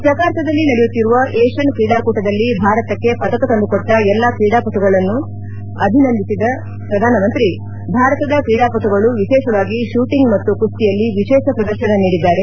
ಜಕಾರ್ತದಲ್ಲಿ ನಡೆಯುತ್ತಿರುವ ಏಷ್ಯನ್ ಕ್ರೀಡಾಕೂಟದಲ್ಲಿ ಭಾರತಕ್ಕೆ ಪದಕ ತಂದುಕೊಟ್ಡ ಎಲ್ಲ ಕ್ರೀಡಾಪಟುಗಳನ್ನು ಅಭಿನಂದಿಸಿದ ಪ್ರಧಾನಮಂತ್ರಿ ಭಾರತದ ಕ್ರೀಡಾ ಪಣುಗಳು ವಿಶೇಷವಾಗಿ ಶೂಟಿಂಗ್ ಮತ್ತು ಕುಸ್ತಿಯಲ್ಲಿ ವಿಶೇಷ ಪ್ರದರ್ಶನ ನೀಡಿದ್ದಾರೆ